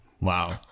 Wow